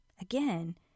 Again